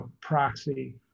proxy